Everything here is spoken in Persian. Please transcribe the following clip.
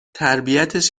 تربیتش